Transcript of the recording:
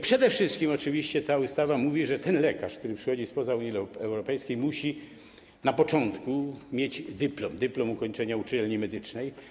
Przede wszystkim oczywiście ta ustawa mówi, że lekarz, który przychodzi spoza Unii Europejskiej, musi na początku mieć dyplom, dyplom ukończenia uczelni medycznej.